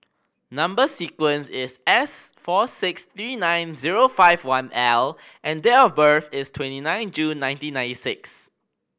number sequence is S four six three nine zero five one L and date of birth is twenty nine June nineteen ninety six